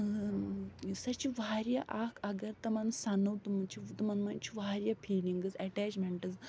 سۄ چھِ وارِیاہ اکھ اگر تِمن سَنو تِمن چھِ تِمن منٛز چھِ وارِیاہ فیٖلِنٛگِس اٮ۪ٹیچمٮ۪نٛٹٕز